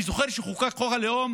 אני זוכר שכשחוקק חוק הלאום